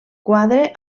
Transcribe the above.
quadre